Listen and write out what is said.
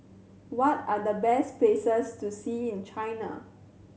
what are the best places to see in China